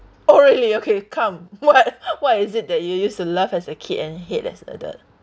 oh really okay come what what is it that you use to love as a kid and hate as adult